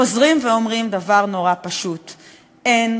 חוזרים ואומרים דבר נורא פשוט: אין,